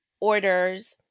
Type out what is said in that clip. orders